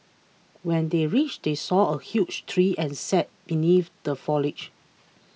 when they reached they saw a huge tree and sat beneath the foliage